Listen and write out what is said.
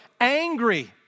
angry